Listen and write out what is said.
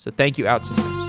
thank you outsystems